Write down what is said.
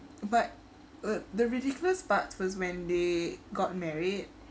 but the the ridiculous part was when they got married